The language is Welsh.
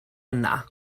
yna